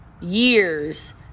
Years